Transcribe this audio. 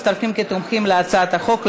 מצטרפים כתומכים בהצעת החוק,